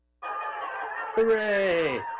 Hooray